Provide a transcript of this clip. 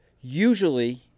usually